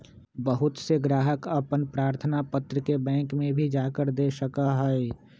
बहुत से ग्राहक अपन प्रार्थना पत्र के बैंक में भी जाकर दे सका हई